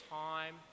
time